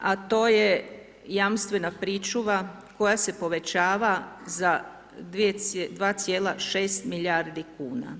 a to je jamstvena pričuva koja se povećava za 2,6 milijardi kuna.